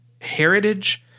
heritage